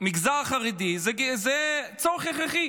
מגזר חרדי הוא צורך הכרחי,